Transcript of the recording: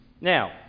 Now